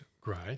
great